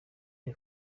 the